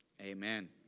Amen